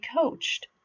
coached